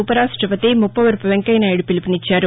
ఉపరాష్టపతి ముప్పవరపు వెంకయ్యనాయుడు పిలుపునిచ్చారు